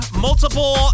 multiple